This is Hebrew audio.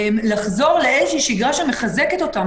לחזור לאיזושהי שגרה שמחזקת אותם.